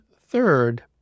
third